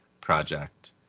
project